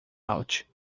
out